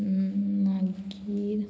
मागीर